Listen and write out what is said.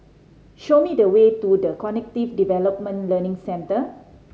show me the way to The Cognitive Development Learning Centre